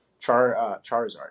Charizard